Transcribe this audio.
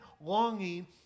longing